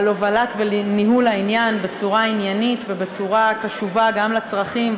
על הובלת וניהול העניין בצורה עניינית ובצורה קשובה גם לצרכים,